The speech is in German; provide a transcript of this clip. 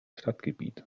stadtgebiet